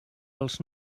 els